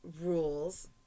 rules